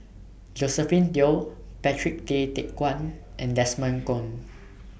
Josephine Teo Patrick Tay Teck Guan and Desmond Kon